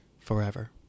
forever